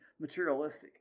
materialistic